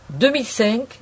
2005